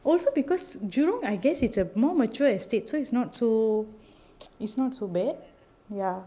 also because jurong I guess it's a more mature estate so it's not so it's not too bad ya